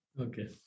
Okay